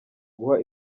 guha